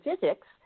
physics